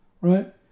right